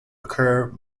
occur